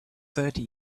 thirty